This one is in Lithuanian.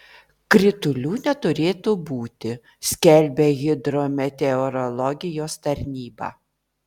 kritulių neturėtų būti skelbia hidrometeorologijos tarnyba